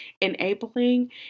enabling